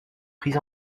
prise